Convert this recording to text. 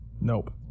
nope